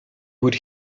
would